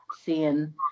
seeing